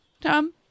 tom